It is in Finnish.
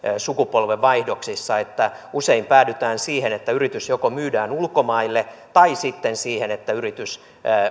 sukupolvenvaihdoksissa että usein päädytään siihen että yritys myydään ulkomaille tai sitten siihen että yritys